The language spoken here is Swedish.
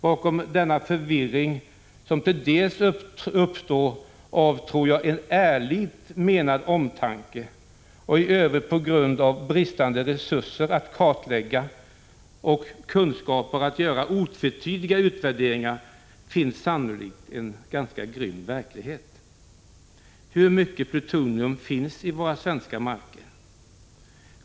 Bakom denna förvirring, som jag tror uppstår delvis genom en ärligt menad omtanke och i övrigt på grund av bristande resurser att kartlägga och bristande kunskaper för att göra otvetydiga utvärderingar, finns sannolikt en grym verklighet. Hur mycket plutonium finns i våra svenska marker?